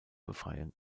befreien